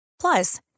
Plus